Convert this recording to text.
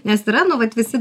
nes yra nu vat visi